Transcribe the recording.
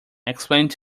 explained